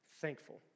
thankful